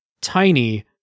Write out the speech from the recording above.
tiny